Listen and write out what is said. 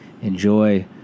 enjoy